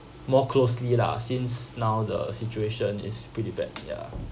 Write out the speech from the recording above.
more closely lah since now the situation is pretty bad ya